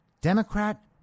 Democrat